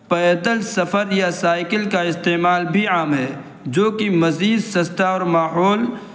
پیدل سفر یا سائیکل کا استعمال بھی عام ہے جو کہ مزید سستا اور ماحول